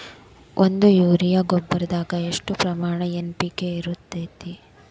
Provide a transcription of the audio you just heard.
ಒಂದು ಯೂರಿಯಾ ಗೊಬ್ಬರದಾಗ್ ಎಷ್ಟ ಪ್ರಮಾಣ ಎನ್.ಪಿ.ಕೆ ಇರತೇತಿ?